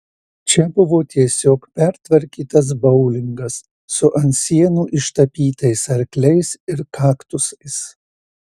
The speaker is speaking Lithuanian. čia buvo tiesiog pertvarkytas boulingas su ant sienų ištapytais arkliais ir kaktusais